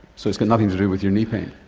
so it's got nothing to do with your knee pain.